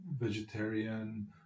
vegetarian